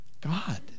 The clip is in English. God